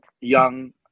young